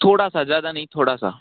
थोड़ा सा ज़्यादा नहीं थोड़ा सा